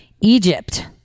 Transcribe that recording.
Egypt